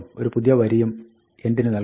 ഒരു പുതിയ വരിയും n end ന് നൽകുന്നു